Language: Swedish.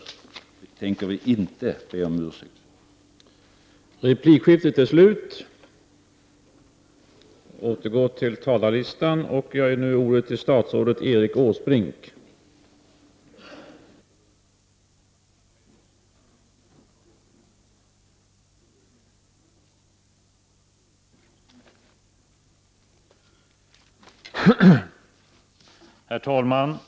Det tänker vi inte be om ursäkt för.